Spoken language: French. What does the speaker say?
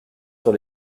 sur